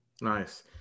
Nice